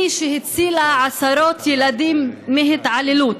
היא שהצילה עשרות ילדים מהתעללות,